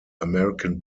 american